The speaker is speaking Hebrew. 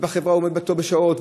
ובחברה הוא עומד בתור שעות,